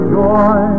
joy